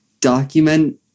Document